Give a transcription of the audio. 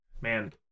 man